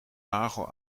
nagel